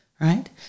Right